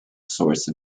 source